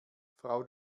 frau